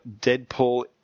Deadpool